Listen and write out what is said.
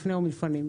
לפני ומלפנים.